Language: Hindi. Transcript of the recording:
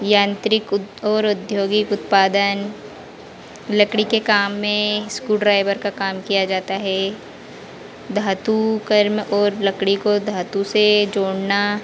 यांत्रिक और औद्योगिक उत्पादन लकड़ी के काम में स्क्रू ड्राइवर का काम किया जाता है धातु कर्म और लकड़ी को धातु से जोड़ना